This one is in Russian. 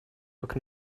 как